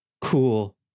cool